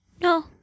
No